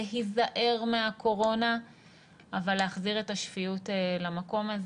להיזהר מהקורונה אבל להחזיר את השפיות למקום.